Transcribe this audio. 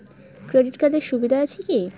Credit কার্ডের সুবিধা কি আছে?